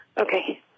Okay